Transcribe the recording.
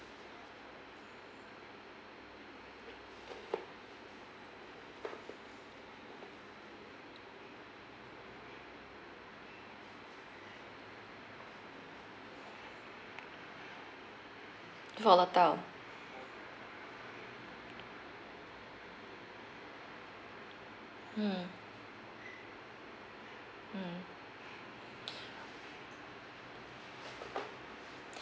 volatile mm mm